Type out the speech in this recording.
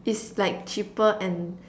it's like cheaper and